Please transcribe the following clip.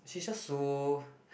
she's just so